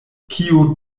kio